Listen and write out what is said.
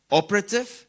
operative